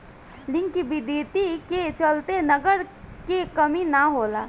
liquidity के चलते नगद के कमी ना होला